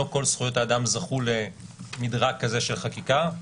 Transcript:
לא כל זכויות האדם זכו למדרג כזה של חקיקה,